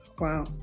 wow